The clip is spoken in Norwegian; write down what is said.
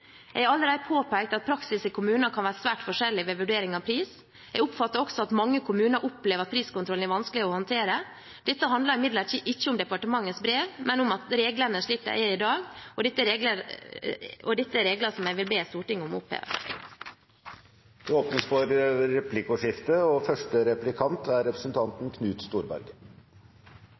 Jeg har allerede påpekt at praksis i kommunene kan være svært forskjellig ved vurdering av pris. Jeg oppfatter også at mange kommuner opplever at priskontrollen er vanskelig å håndtere. Dette handler imidlertid ikke om departementets brev, men om reglene slik de er i dag, og dette er regler som jeg vil be Stortinget om å oppheve. Det åpnes for replikkordskifte.